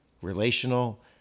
Relational